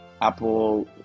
Apple